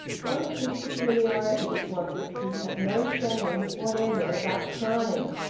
one of his peculiarities was that he had no shame whatever about crying.